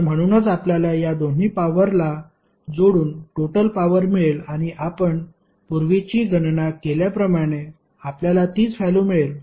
तर म्हणूनच आपल्याला या दोन्ही पॉवरला जोडून टोटल पॉवर मिळेल आणि आपण पूर्वीची गणना केल्याप्रमाणे आपल्याला तीच व्हॅल्यु मिळेल